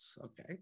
okay